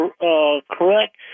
correct